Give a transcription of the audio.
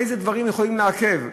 איזה דברים יכולים לעכב.